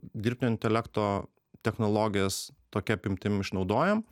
dirbtinio intelekto technologijas tokia apimtim išnaudojam